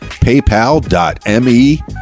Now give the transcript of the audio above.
paypal.me